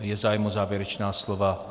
Je zájem o závěrečná slova?